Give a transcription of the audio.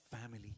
family